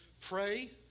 Pray